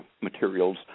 materials